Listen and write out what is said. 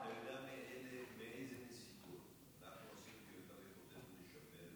אני רוצה להגיד לך